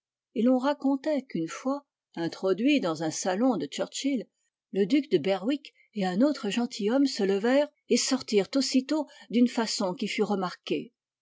et l'on racontait qu'une fois introduit dans un salon du churchill le duc de berwick et un autre gentilhomme se levèrent et sortirent aussitôt d'une façon qui fut remarquée